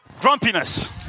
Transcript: grumpiness